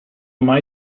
mai